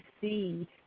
see